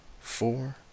four